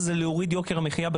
הפתרון הוא להוריד את יוקר המחייה על